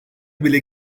bile